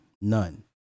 None